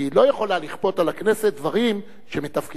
הוא לא יכול לכפות על הכנסת דברים שמתפקידה